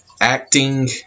acting